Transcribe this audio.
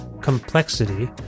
complexity